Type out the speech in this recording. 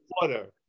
water